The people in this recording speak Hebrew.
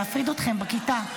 להפריד אתכם בכיתה.